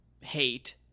hate